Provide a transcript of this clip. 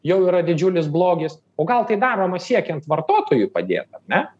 jau yra didžiulis blogis o gal tai daroma siekiant vartotojui padėt ar ne